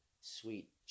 sweet